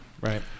right